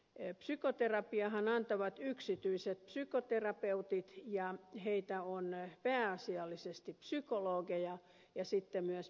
psykoterapiaahan antavat yksityiset psykoterapeutit ja heitä on pääasiallisesti psykologeja ja sitten myös psykiatreja